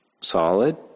solid